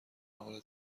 حال